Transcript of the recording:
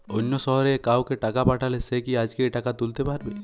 অন্য শহরের কাউকে টাকা পাঠালে সে কি আজকেই টাকা তুলতে পারবে?